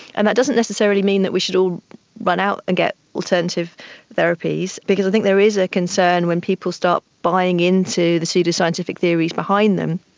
and that doesn't necessarily mean that we should all run out and get alternative therapies, because i think there is a concern when people start buying into the pseudoscientific theories behind them,